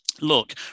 look